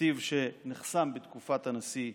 נתיב שנחסם בתקופת הנשיא טראמפ,